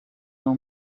know